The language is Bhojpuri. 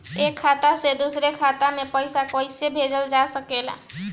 एक खाता से दूसरे खाता मे पइसा कईसे भेजल जा सकेला?